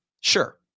Sure